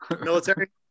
military